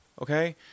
okay